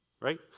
right